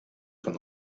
from